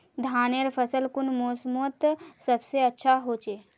धानेर फसल कुन मोसमोत सबसे अच्छा होचे?